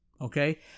Okay